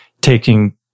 taking